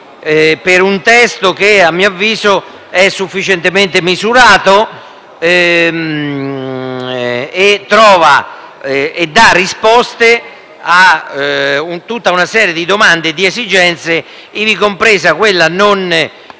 per un testo che a mio avviso è sufficientemente misurato e che dà risposte a tutta una serie di domande e di esigenze, ivi compresa quella, non